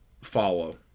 follow